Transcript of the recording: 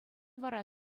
вара